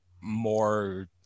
more